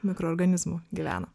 mikroorganizmų gyvena